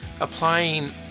applying